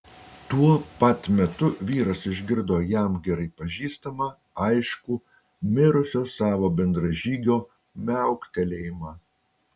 tuo pat metu vyras išgirdo jam gerai pažįstamą aiškų mirusio savo bendražygio miauktelėjimą